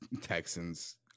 Texans